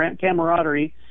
camaraderie